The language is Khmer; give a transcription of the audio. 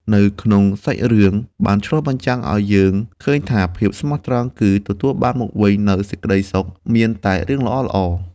នៅក្នុងសាច់រឿង បានឆ្លុះបញ្ចាំងឲ្យយើងឃើញថា ភាពស្មោះត្រង់គឹ ទទួលបានមកវិញនូវសេចក្ដីសុខ មានតែរឿងល្អៗ។